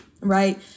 Right